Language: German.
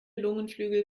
lungenflügel